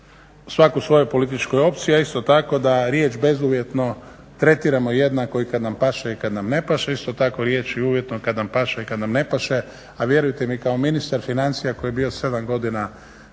svatko u svojoj političkoj opciji, a isto tako da riječ bezuvjetno tretiramo jednako i kad nam paše i kad nam ne paše. Isto tako riječi uvjetno kad nam paše i kad nam ne paše, a vjerujte mi kao ministar financija koji je bio 7 godina